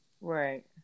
right